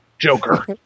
Joker